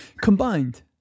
Combined